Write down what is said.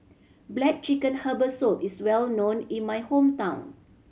black chicken herbal soup is well known in my hometown